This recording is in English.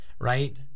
right